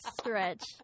stretch